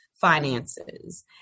finances